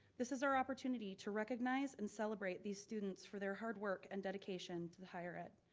this is our opportunity to recognize and celebrate these students for their hard work and dedication to higher ed.